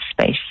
space